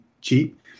cheap